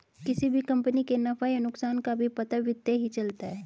किसी भी कम्पनी के नफ़ा या नुकसान का भी पता वित्त ही चलता है